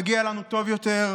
מגיע לנו טוב יותר,